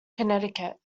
connecticut